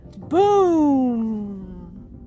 Boom